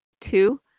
two